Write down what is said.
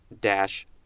dash